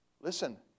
listen